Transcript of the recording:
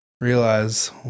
realize